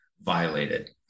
violated